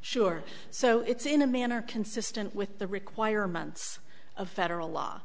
sure so it's in a manner consistent with the requirements of federal law